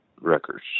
records